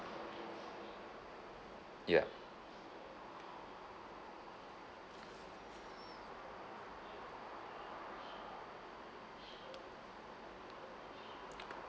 ya